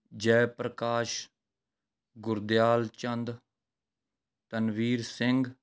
Jai Prakash Gurdial Chand Tanveer Singh